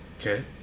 Okay